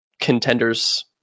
contenders